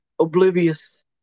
oblivious